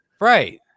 right